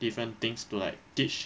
different things to like teach